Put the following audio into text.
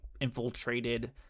infiltrated